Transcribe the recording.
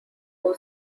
who